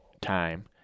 time